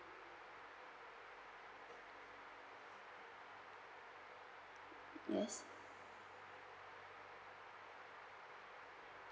yes